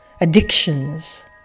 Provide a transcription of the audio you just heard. addictions